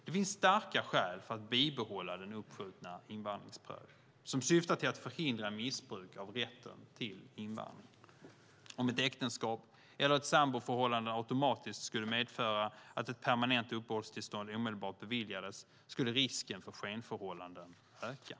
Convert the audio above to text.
Det finns starka skäl för att bibehålla den uppskjutna invandringsprövningen som syftar till att förhindra missbruk av rätten till invandring. Om ett äktenskap eller ett samboförhållande automatiskt skulle medföra att ett permanent uppehållstillstånd omedelbart beviljades skulle risken för skenförhållanden öka.